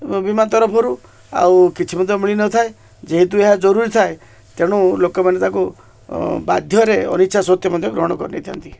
ବୀମା ତରଫରୁ ଆଉ କିଛି ମଧ୍ୟ ମିଳିନଥାଏ ଯେହେତୁ ଏହା ଜରୁରୀ ଥାଏ ତେଣୁ ଲୋକମାନେ ତାକୁ ବାଧ୍ୟରେ ଅନିଚ୍ଛା ସତ୍ତ୍ୱେ ମଧ୍ୟ ଗ୍ରହଣ କରିନେଇଥାନ୍ତି